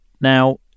Now